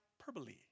Hyperbole